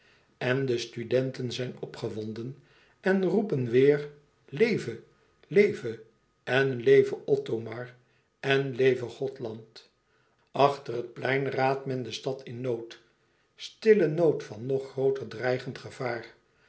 en de studenten zijn opgewonden en roepen weêr leve leve en leve othomar en leve gothland achter het plein raadt men de stad in nood stillen nood van nog grooter dreigend gevaar